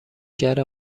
کردم